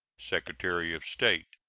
secretary of state.